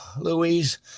Louise